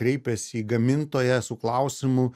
kreipėsi į gamintoją su klausimu